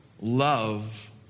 love